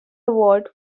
award